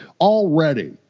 Already